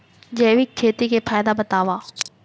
जैविक खेती के फायदा बतावा?